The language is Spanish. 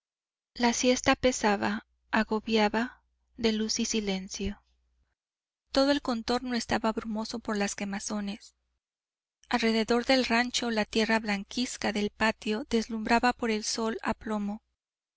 la siesta pesaba agobiaba de luz y silencio todo el contorno estaba brumoso por las quemazones alrededor del rancho la tierra blanquizca del patio deslumbraba por el sol a plomo